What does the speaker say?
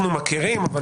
לא